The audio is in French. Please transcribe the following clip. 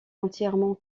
entièrement